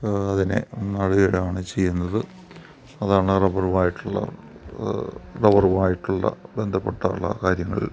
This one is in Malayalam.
അതിനെ അതിൽ ഇടുവാണ് ചെയ്യുന്നത് അതാണ് റബ്ബറുമായിട്ടുള്ള റബ്ബറുമായിട്ടുള്ള ബന്ധപ്പെട്ടുള്ള കാര്യങ്ങൾ